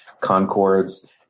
Concords